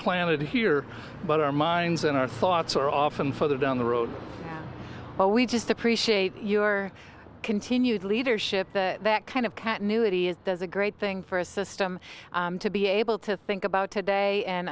planted here but our minds and our thoughts are often further down the road but we just appreciate your continued leadership that kind of cat knew that he is there's a great thing for a system to be able to think about today and